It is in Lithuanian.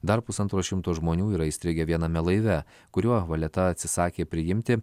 dar pusantro šimto žmonių yra įstrigę viename laive kuriuo valeta atsisakė priimti